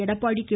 Edappadi K